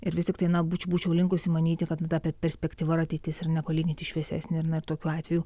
ir vis tiktai na būčiau linkusi manyti kad nu ta perspektyvair ateitis ir nepalyginti šviesesnė na ir tokiu atveju